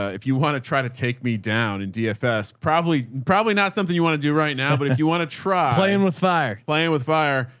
if you want to try to take me down and dfs, probably, probably not something you want to do right now, but if you want to try playing with fire, playing with fire,